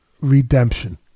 redemption